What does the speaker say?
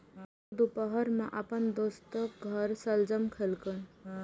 ऊ दुपहर मे अपन दोस्तक घर शलजम खेलकै